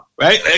right